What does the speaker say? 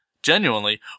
Genuinely